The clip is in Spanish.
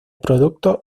productos